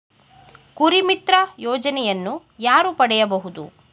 ಕುರಿಮಿತ್ರ ಯೋಜನೆಯನ್ನು ಯಾರು ಪಡೆಯಬಹುದು?